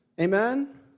Amen